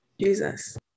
jesus